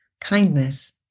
kindness